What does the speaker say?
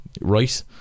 right